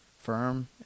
firm